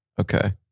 Okay